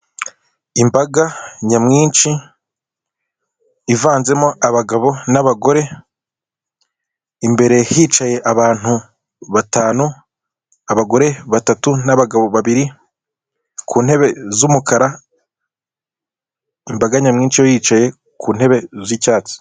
Imbaga nyamwinshi ivanzemo abagabo n'abagore imbere hicaye abantu batanu abagore batatu n'abagabo babiri kuntebe z'umukara, imbaganyamwinshi yo yicaye kuntebe z'icyatsi.